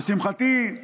לשמחתי,